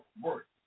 work